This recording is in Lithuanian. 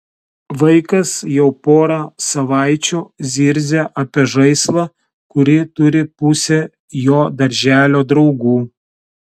vaikas jau porą savaičių zirzia apie žaislą kurį turi pusė jo darželio draugų